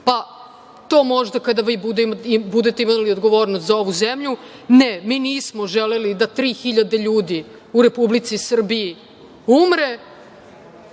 Pa, to možda kada vi budete imali odgovornost za ovu zemlju. Mi nismo želeli da 3000 u Republici Srbiji umre